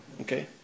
Okay